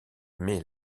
mais